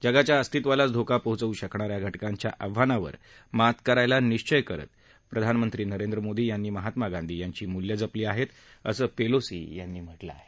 जगाच्या अस्तित्वालाच धोका पोचवू शकणा या घटकांच्या आव्हानावर मात करायला निश्वय करत प्रधानमंत्री नरेंद्र मोदी यांनी महात्मा गांधी यांची मूल्य जपली आहेत असं पेलोसी यांनी म्हटलं आहे